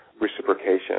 reciprocation